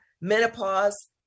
Menopause